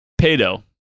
Pedo